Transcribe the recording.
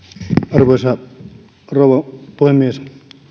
arvoisa rouva puhemies